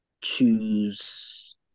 choose